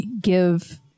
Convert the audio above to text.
give